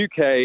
uk